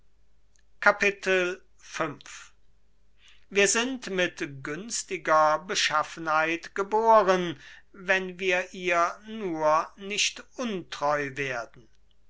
v wir sind mit günstiger beschaffenheit geboren wenn wir ihr nur nicht untreu werden